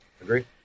Agree